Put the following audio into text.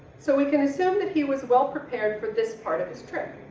so we can assume that he was well prepared for this part of his trip.